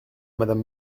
madame